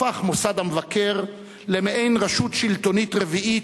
הפך מוסד המבקר למעין רשות שלטונית רביעית,